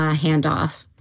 ah handoff